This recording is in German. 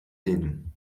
denen